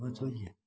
बस वो ही है